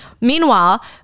meanwhile